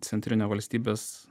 centrinio valstybės